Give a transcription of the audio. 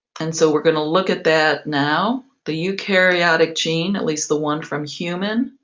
and so we're going to look at that now. the eukaryotic gene, at least the one from human,